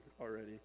already